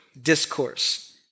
discourse